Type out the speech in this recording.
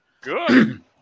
Good